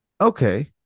Okay